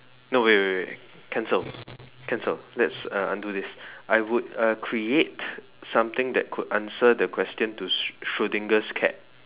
no wait wait wait cancel cancel let's uh undo this I would uh create something that could answer the question to s~ cat